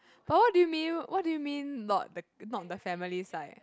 but what do you mean what do you mean not the not the family side